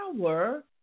power